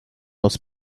was